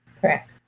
Correct